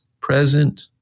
present